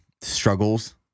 struggles